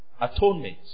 Atonement